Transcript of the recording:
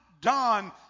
done